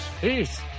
Peace